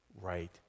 Right